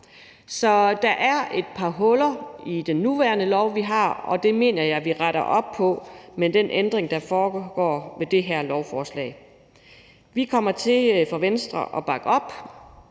Så der er et par huller i den nuværende lovgivning, og det mener jeg vi retter op på med den ændring, der kommer med det her lovforslag. Vi kommer fra Venstres side til